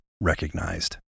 recognized